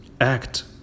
Act